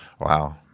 Wow